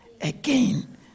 again